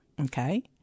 Okay